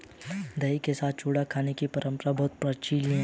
दही के साथ चूड़ा खाने की परंपरा बहुत प्राचीन है